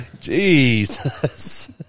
Jesus